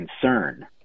concern